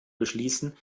beschließen